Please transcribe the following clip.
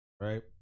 right